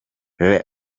rev